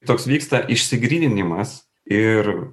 toks vyksta išsigryninimas ir